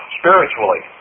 spiritually